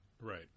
Right